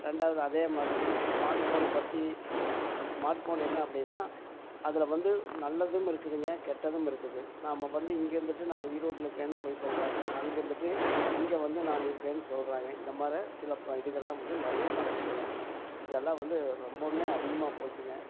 ரெண்டாவது அதே மாதிரிங்க ஸ்மார்ட் ஃபோனை பற்றி இப்போ ஸ்மார்ட் ஃபோன் என்ன அப்படின்னா அதில் வந்து நல்லதும் இருக்குதுங்க கெட்டதும் இருக்குது நாம் வந்து இங்கே இருந்துட்டு நான் ஈரோட்டில் இருக்கிறேன்னு பொய் சொல்கிறாங்க அங்கே இருந்துகிட்டு இங்கே வந்து நான் இருக்கிறேன்னு சொல்கிறாங்க இந்த மாதிரி சில இதுகள்லாம் வந்து நிறையா நடக்குதுங்க இதெல்லாம் வந்து ரொம்பவுமே அதிகமாக போச்சுங்க